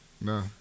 No